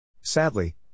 Sadly